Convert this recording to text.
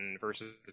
versus